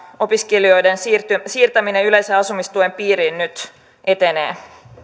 opiskelijoiden siirtäminen yleisen asumistuen piiriin nyt etenee